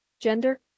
Gender